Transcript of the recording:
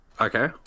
Okay